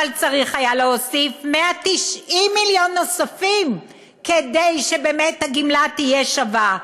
אלא צריך היה להוסיף 190 מיליון כדי שבאמת הגמלה תהיה שווה.